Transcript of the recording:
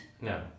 No